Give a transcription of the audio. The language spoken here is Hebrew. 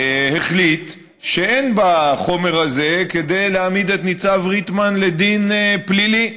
החליט שאין בחומר הזה כדי להעמיד את ניצב ריטמן לדין פלילי.